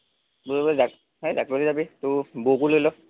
বৈ বৈ হেই জাকৈ লৈ যাবি তোৰ বৌকো লৈ ল